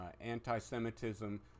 anti-semitism